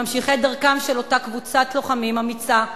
ממשיכי דרכה של אותה קבוצת לוחמים אמיצה,